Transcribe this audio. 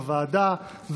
עאידה תומא סלימאן,